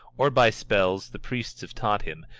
or by spells the priests have taught him,